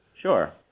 Sure